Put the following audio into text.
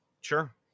sure